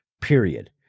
period